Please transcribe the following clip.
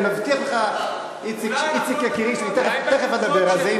אני מבטיח לך, איציק יקירי, שתכף אדבר על זה.